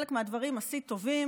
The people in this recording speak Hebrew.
חלק מהדברים עשית טוב.